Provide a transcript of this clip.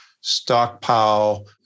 stockpile